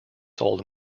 sold